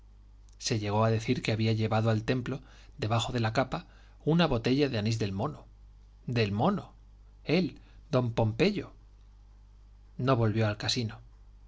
se llegó a decir que había llevado al templo debajo de la capa una botella de anís del mono del mono él don pompeyo no volvió al casino